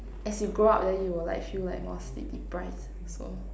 as you grow up then you will like feel like more sleep-deprived so